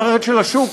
המערכת של השוק,